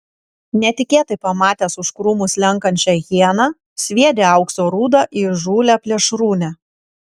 netikėtai pamatęs už krūmų slenkančią hieną sviedė aukso rūdą į įžūlią plėšrūnę